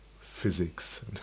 physics